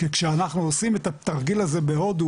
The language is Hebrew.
כי כשאנחנו עושים את התרגיל הזה בהודו,